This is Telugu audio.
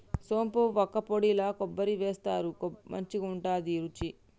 సోంపు వక్కపొడిల కొబ్బరి వేస్తారు మంచికుంటది రుచి